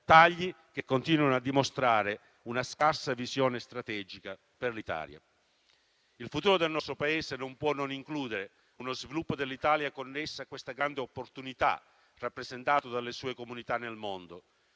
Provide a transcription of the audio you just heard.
tagli che continuano a dimostrare una scarsa visione strategica per l'Italia. Il futuro del nostro Paese non può non includere uno sviluppo dell'Italia connesso a questa grande opportunità rappresentata dalle sue comunità nel mondo,